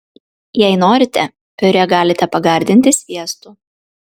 jei norite piurė galite pagardinti sviestu